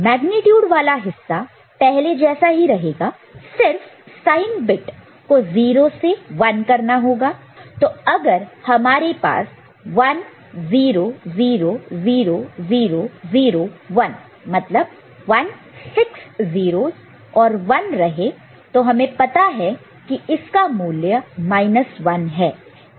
magnitude वाला हिस्सा पहले जैसा ही रहेगा सिर्फ साइन बिट को 0 से 1 करना होगा तो अगर हमारे पास 1000001 मतलब 1 six 0's और 1 रहे तो हमें पता है इस का मूल्य 1 है